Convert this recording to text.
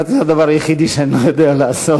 אמרתי: זה הדבר היחידי שאני לא יודע לעשות,